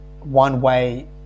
one-way